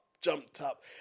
jumped-up